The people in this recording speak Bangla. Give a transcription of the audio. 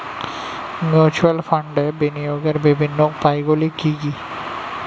মিউচুয়াল ফান্ডে বিনিয়োগের বিভিন্ন উপায়গুলি কি কি?